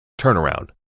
Turnaround